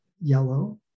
yellow